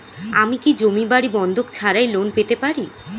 আমি কি জমি বাড়ি বন্ধক ছাড়াই লোন পেতে পারি?